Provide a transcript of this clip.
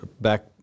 back